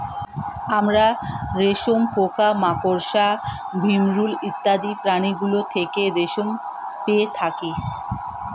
আমরা রেশম পোকা, মাকড়সা, ভিমরূল ইত্যাদি প্রাণীগুলো থেকে রেশম পেয়ে থাকি